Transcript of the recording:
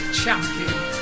Champion